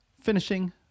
finishing